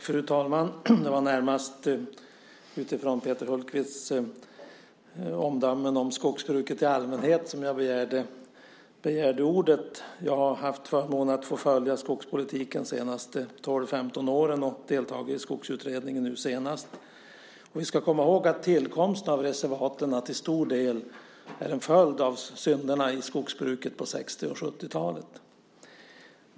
Fru talman! Det var närmast utifrån Peter Hultqvists omdömen om skogsbruket i allmänhet som jag begärde ordet. Jag har haft förmånen att få följa skogspolitiken de senaste 12-15 åren och har nu senast deltagit i Skogsutredningen. Vi ska komma ihåg att tillkomsten av reservaten till stor del är en följd av synderna i skogsbruket på 60 och 70-talen.